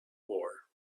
war